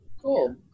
Cool